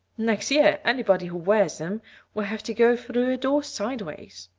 next year anybody who wears them will have to go through a door sideways.